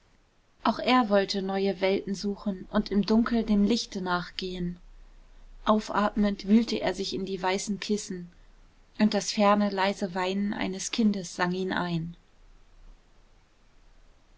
auch er wollte neue welten suchen und im dunkel dem lichte nachgehen aufatmend wühlte er sich in die weißen kissen und das ferne leise weinen eines kindes sang ihn ein